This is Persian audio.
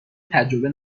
تجربه